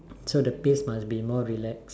so the pace must be more relaxed